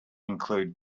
include